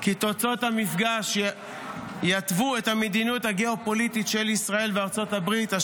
כי תוצאות המפגש יתוו את המדיניות הגיאו-פוליטית של ישראל וארצות הברית,